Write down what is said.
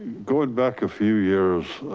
going back a few years